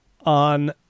on –